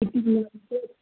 ఇప్పుడు